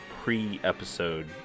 pre-episode